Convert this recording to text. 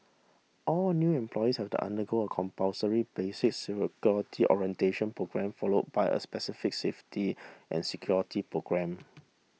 all new employees have to undergo a compulsory basic security orientation programme follow by a specific safety and security programme